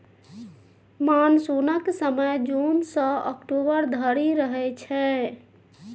मानसुनक समय जुन सँ अक्टूबर धरि रहय छै